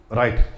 right